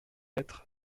être